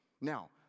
Now